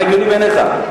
מה הגיוני בעיניך,